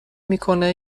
میکنه